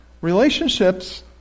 relationships